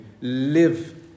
live